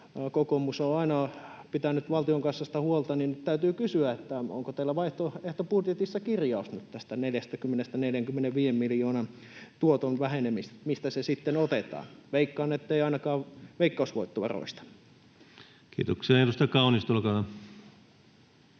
kokoomus on aina pitänyt valtion kassasta huolta, niin täytyy kysyä, onko teillä vaihtoehtobudjetissa kirjaus nyt tästä 40—45 miljoonan tuoton vähenemisestä. Mistä se sitten otetaan? Veikkaan, ettei ainakaan veikkausvoittovaroista. [Speech 196] Speaker: